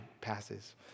passes